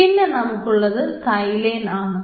പിന്നെ നമുക്കുള്ളത് സൈലേൻ ആണ്